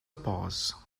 pause